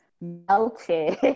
melted